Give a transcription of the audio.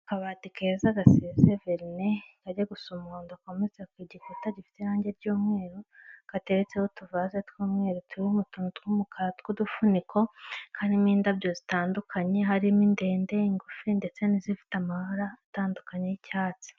Akabati keza gasize verine, kajya gusa umuhondo, kometse ku gikuta gifite irangi ry'umweru, gateretseho utuvaze tw'umweru turi mu tuntu tw'umukara tw'udufuniko, karimo indabyo zitandukanye, harimo indende, ingufi ndetse n'izifite amabara atandukanye y'icyatsi.